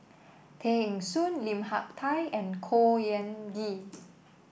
Tay Eng Soon Lim Hak Tai and Khor Ean Ghee